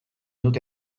dute